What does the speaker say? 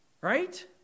Right